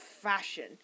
fashion